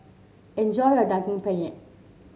enjoy your Daging Penyet